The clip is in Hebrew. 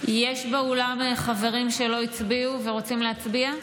יש באולם חברים שלא הצביעו ורוצים להצביע?